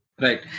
Right